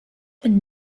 been